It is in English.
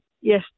Yes